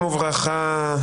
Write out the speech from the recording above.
שלום וברכה.